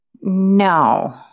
No